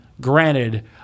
Granted